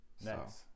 Next